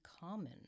common